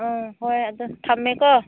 ꯎꯝ ꯍꯣꯏ ꯑꯗꯨ ꯊꯝꯃꯦ ꯀꯣ